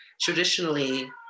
traditionally